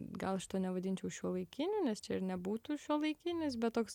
gal šito nevadinčiau šiuolaikiniu nes čia ir nebūtų šiuolaikinis bet toks